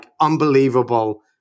unbelievable